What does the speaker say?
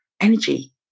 energy